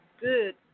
good